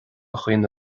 dhaoine